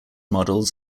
models